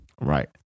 Right